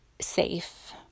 safe